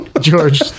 George